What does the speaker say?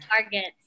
targets